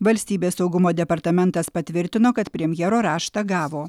valstybės saugumo departamentas patvirtino kad premjero raštą gavo